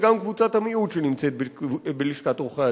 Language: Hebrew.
וגם קבוצת המיעוט שנמצאת בלשכת עורכי-הדין.